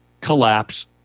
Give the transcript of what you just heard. Collapse